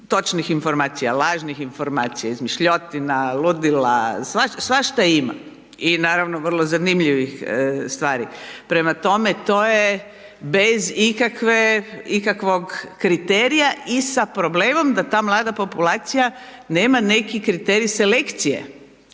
točnih informacija, lažnih informacija, izmišljotina, ludila, svašta ima i naravno vrlo zanimljivih stvari. Prema tome, to je bez ikakvog kriterija i sa problemom da ta mlada populacija nema neki kriterij selekcije.